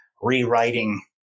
rewriting